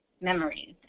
memories